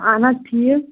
اہن حظ ٹھیٖک